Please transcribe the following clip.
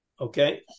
okay